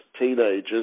teenagers